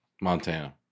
Montana